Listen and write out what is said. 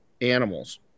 animals